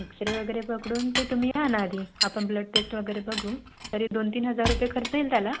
x ray वगैरे पकडून ते तुम्ही या ना आधी आपण ब्लड टेस्ट वगैरे बघू तरी दोन तीन हजार रुपये खर्च येईल त्याला